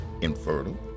infertile